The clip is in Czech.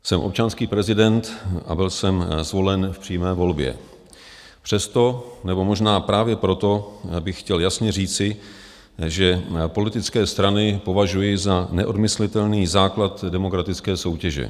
Jsem občanský prezident a byl jsem zvolen v přímé volbě, přesto nebo možná právě proto bych chtěl jasně říci, že politické strany považuji za neodmyslitelný základ demokratické soutěže.